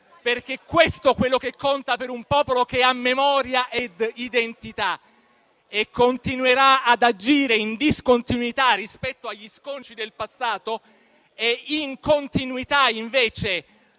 perché questo è quello che conta per un popolo che ha memoria ed identità e continuerà ad agire in discontinuità rispetto agli sconci del passato e in continuità, invece,